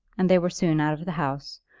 and they were soon out of the house,